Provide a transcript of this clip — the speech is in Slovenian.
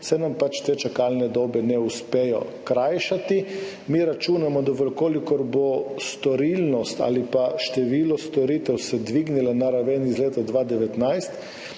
se nam pač te čakalne dobe ne uspejo krajšati. Mi računamo, da v kolikor se bo storilnost ali pa število storitev dvignilo na raven iz leta 2019